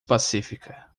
pacífica